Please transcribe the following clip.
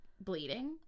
bleeding